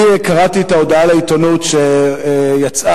אני קראתי את ההודעה לעיתונות שיצאה,